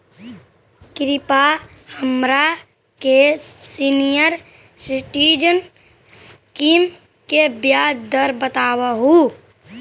कृपा हमरा के सीनियर सिटीजन स्कीम के ब्याज दर बतावहुं